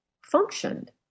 functioned